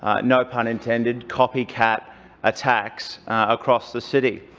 um no pun intended, copy-cat attacks across the city.